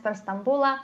per stambulą